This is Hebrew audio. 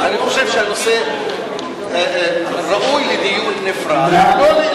שאני חושב שהנושא ראוי לדיון נפרד ולא,